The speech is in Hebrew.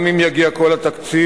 גם אם יגיע כל התקציב,